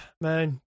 man